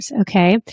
Okay